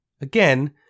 again